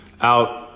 out